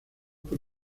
por